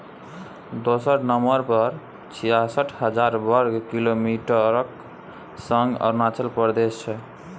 दोसर नंबर पर छियासठ हजार बर्ग किलोमीटरक संग अरुणाचल प्रदेश छै